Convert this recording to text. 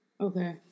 Okay